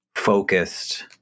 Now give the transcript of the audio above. Focused